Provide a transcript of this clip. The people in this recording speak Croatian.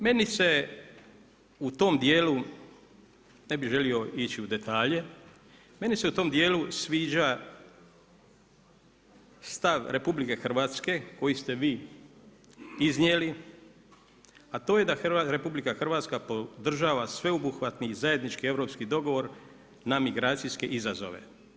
Meni se u tom djelu, ne bi želio ići u detalje, meni se u tom djelu sviđa stav RH koji ste vi iznijeli a to je da RH podržava sveobuhvatni i zajednički europski dogovor na migracijske izazove.